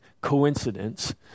coincidence